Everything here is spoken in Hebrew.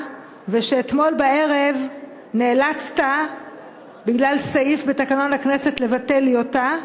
ושאתמול בערב נאלצת בגלל סעיף בתקנון הכנסת לבטל לי אותה.